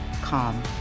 calm